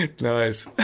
Nice